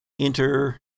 enter